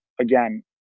again